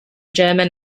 german